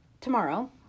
tomorrow